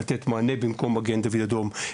לתת מענה במקום מגן דוד אדום,